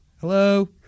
Hello